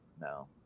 no